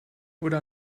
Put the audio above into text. oder